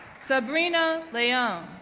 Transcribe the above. sabrina leung,